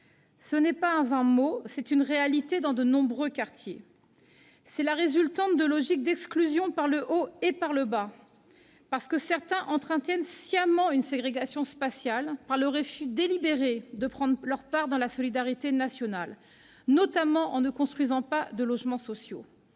Ce n'est pas un vain mot, c'est une réalité dans de nombreux quartiers. Cette situation est la résultante de logiques d'exclusion par le haut et par le bas. Certains entretiennent en effet sciemment une ségrégation spatiale, par le refus délibéré de prendre leur part dans la solidarité nationale, notamment en ne construisant pas de logements sociaux